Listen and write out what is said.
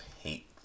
hate